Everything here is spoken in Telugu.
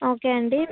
ఓకే అండి